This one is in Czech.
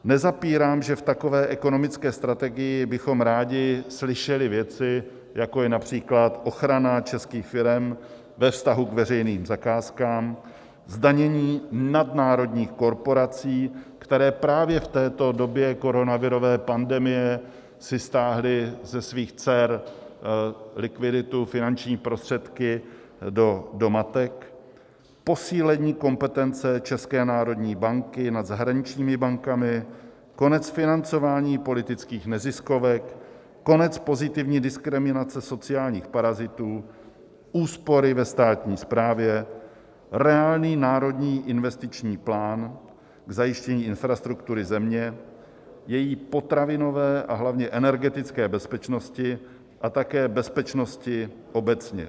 Nezapírám, že v takové ekonomické strategii bychom rádi slyšeli věci, jako je např. ochrana českých firem ve vztahu k veřejným zakázkám, zdanění nadnárodních korporací, které právě v této době koronavirové pandemie si stáhly ze svých dcer likviditu, finanční prostředky, do matek, posílení kompetence České národní banky nad zahraničními bankami, konec financování politických neziskovek, konec pozitivní diskriminace sociálních parazitů, úspory ve státní správě, reálný národní investiční plán k zajištění infrastruktury země, její potravinové a hlavně energetické bezpečnosti a také bezpečnosti obecně.